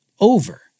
over